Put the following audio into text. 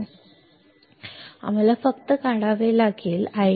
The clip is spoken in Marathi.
आम्हाला आहे आम्हाला फक्त काढावे लागेल कारण हा ID